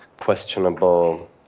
questionable